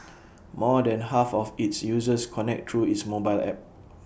more than half of its users connect through its mobile app